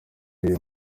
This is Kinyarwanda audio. uyu